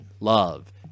love